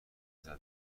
زده